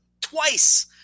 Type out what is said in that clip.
twice